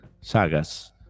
sagas